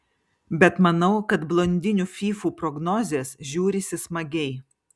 bet manau kad blondinių fyfų prognozės žiūrisi smagiai